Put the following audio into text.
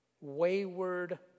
wayward